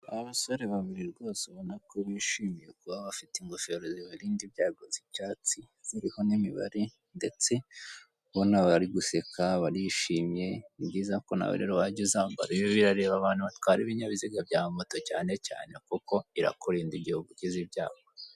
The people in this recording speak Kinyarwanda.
Abasore babiri rwose ubona ko bishimiye kuba bafite ingobere zibarinda ibyago z'icyatsi ziriho n'imibare, ndetse ubona bari guseka barishimye. Ni byiza ko nawe rero wajya uzambara, ibi birareba abantu batwara ibinyabiziga bya moto cyane cyane kuko irakurinda igihe ugize ibyago.